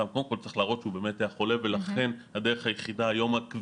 אדם קודם כל צריך להראות שהוא באמת היה חולה והדרך היחידה היום הקבילה